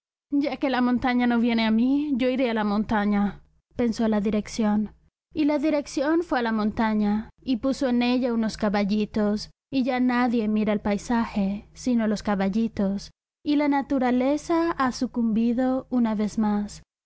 ya que la montaña no viene a mí yo iré a la montaña pensó la dirección y la dirección fue a la montaña y puso en ella unos caballitos y ya nadie mira el paisaje sino los caballitos y la naturaleza ha sucumbido una vez más